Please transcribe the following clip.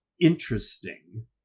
interesting